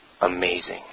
amazing